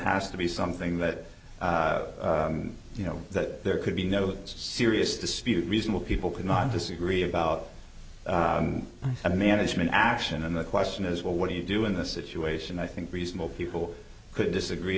has to be something that you know that there could be no serious dispute reasonable people cannot disagree about a management action and the question is well what do you do in this situation i think reasonable people could disagree